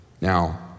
Now